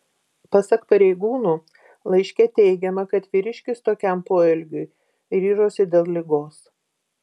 pasak pareigūnų laiške teigiama kad vyriškis tokiam poelgiui ryžosi dėl ligos